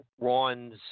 Ron's